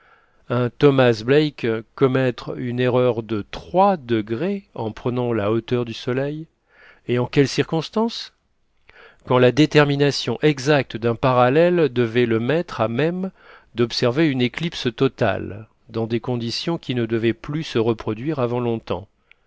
un thomas black commettre une erreur de trois degrés en prenant la hauteur du soleil et en quelles circonstances quand la détermination exacte d'un parallèle devait le mettre à même d'observer une éclipse totale dans des conditions qui ne devaient plus se reproduire avant longtemps